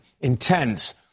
intense